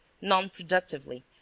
non-productively